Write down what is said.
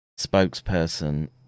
spokesperson